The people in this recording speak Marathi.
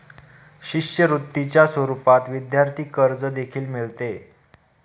शिष्यवृत्तीच्या स्वरूपात विद्यार्थी कर्ज देखील मिळते